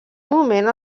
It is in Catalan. moment